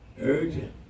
Urgent